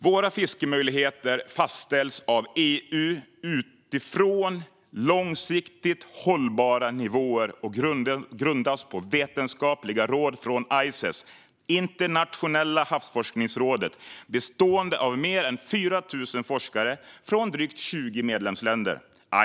Våra fiskemöjligheter fastställs av EU utifrån långsiktigt hållbara nivåer och grundas på vetenskapliga råd från ICES, Internationella havsforskningsrådet, som består av mer än 4 000 forskare från drygt 20 medlemsländer.